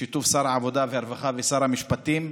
בשיתוף שר העבודה והרווחה ושר המשפטים,